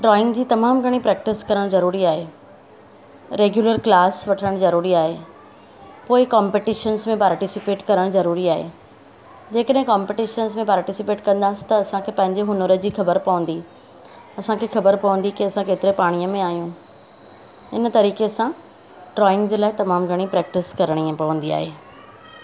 drawing जी तमामु घणी प्रैक्टिस करणु ज़रूरी आहे रेग्युलर क्लास वठणु ज़रूरी आहे पोइ कॉम्पिटीशन्स में पार्टिसिपेट करणु ज़रूरी आहे जेकॾहिं कॉम्पिटीशन्स में पार्टिसिपेट कंदासीं त असांखे पंहिंजे हुनर जी ख़बर पवंदी असांखे ख़बर पवंदी की असां केतिरे पाणीअ में आहियूं हिन तरीके सां ड्रॉइंग जे लाइ तमामु घणी प्रैक्टिस करणी पवंदी आहे